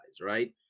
Right